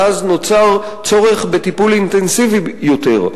ואז נוצר צורך בטיפול אינטנסיבי יותר.